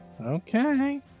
Okay